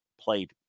played